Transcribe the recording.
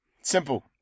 Simple